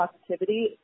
positivity